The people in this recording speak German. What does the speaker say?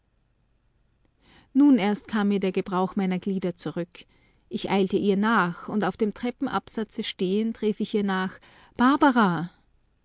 nun erst kam mir der gebrauch meiner glieder zurück ich eilte ihr nach und auf dem treppenabsatze stehend rief ich ihr nach barbara